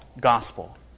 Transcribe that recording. gospel